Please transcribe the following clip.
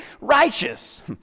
righteous